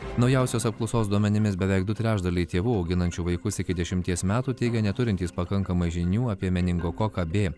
naujausios apklausos duomenimis beveik du trečdaliai tėvų auginančių vaikus iki dešimties metų teigia neturintys pakankamai žinių apie meningokoką b